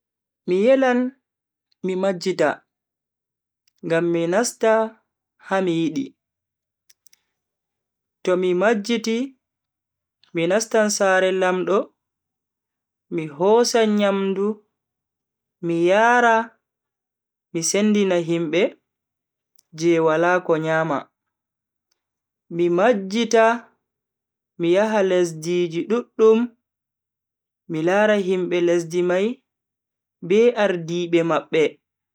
Mi yelan mi majjita, ngam mi nasta ha mi yidi. To mi majjiti mi nastan sare lamdo mi hosa nyamdu mi yara mi sendina himbe je wala ko nyama. Mi majjita mi yaha lesdiji duddum mi lara himbe lesdi mai be ardibe mabbe.